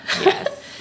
Yes